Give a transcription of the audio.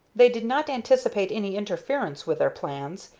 they did not anticipate any interference with their plans,